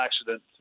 accident